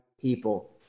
people